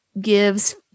gives